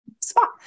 spot